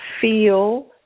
feel